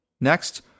Next